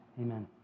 Amen